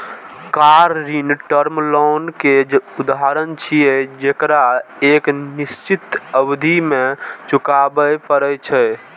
car ऋण term loan के उदाहरण छियै, जेकरा एक निश्चित अवधि मे चुकबै पड़ै छै